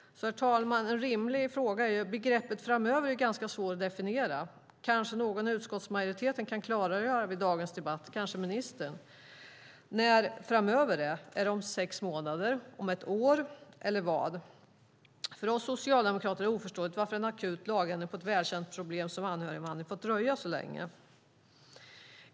Herr talman! En rimlig fråga gäller begreppet "framöver" som det är ganska svårt att definiera. Kanske kan någon i utskottsmajoriteten eller kanske ministern i dagens debatt klargöra när "framöver" är. Är det om sex månader, om ett år eller vad? För oss socialdemokrater är det obegripligt varför en akut lagändring avseende ett så välkänt problem som anhöriginvandringen fått dröja så länge.